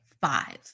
five